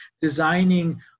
designing